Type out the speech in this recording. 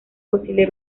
posible